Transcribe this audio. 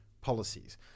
policies